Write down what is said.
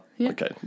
okay